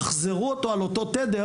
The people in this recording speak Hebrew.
וימחזרו אותו על אותו תדר,